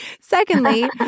secondly